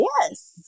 yes